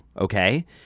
okay